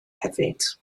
hefyd